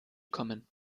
kommen